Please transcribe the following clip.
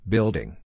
Building